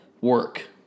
work